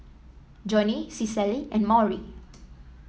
Joni Cicely and Maury